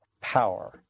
power